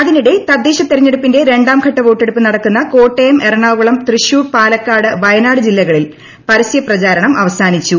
അതിനിടെ തദ്ദേശതെരഞ്ഞെടുപ്പിന്റെ രണ്ടാം ഘട്ട വോട്ടെടുപ്പ് നടക്കുന്ന കോട്ടയം എറണാകുളം തൃശൂർ പാലക്കാട് വയനാട് ജില്ലകളിൽ പരസ്യപ്രചാരണം അവസാനിച്ചു